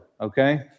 Okay